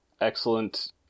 excellent